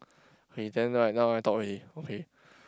K then right now I talk already okay